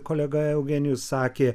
kolega eugenijus sakė